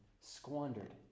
squandered